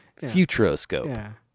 futuroscope